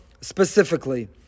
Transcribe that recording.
specifically